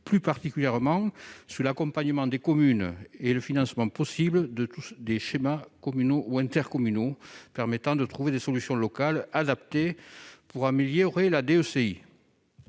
plus particulièrement sur l'accompagnement des communes et les possibles financements des schémas communaux ou intercommunaux permettant de trouver des solutions locales adaptées pour améliorer la DECI.